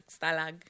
Stalag